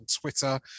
Twitter